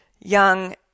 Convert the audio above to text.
young